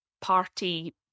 party